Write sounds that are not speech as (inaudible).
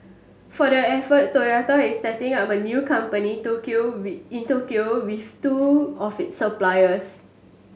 for the effort Toyota is setting up a new company Tokyo (unintelligible) in Tokyo with two of its suppliers